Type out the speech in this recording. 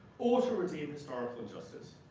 or to redeem historical justice.